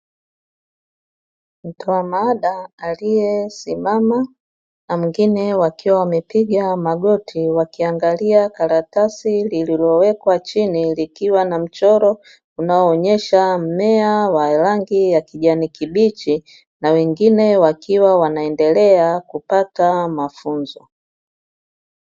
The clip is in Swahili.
Mtoa mada aliyesimama na mwingine, wakiwa wamepiga magoti, wakiangalia karatasi lililowekwa chini likiwa na mchoro unaoonyesha mmea wa rangi ya kijani kibichi na wengine wakiwa wanaendelea kupata mafunzo.